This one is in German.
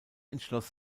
entschloss